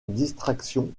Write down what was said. distraction